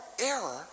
error